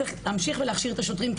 צריך להמשיך ולהכשיר את השוטרים,